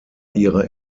ihre